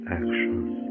actions